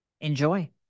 Enjoy